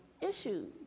issues